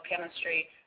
chemistry